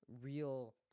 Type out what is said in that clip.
real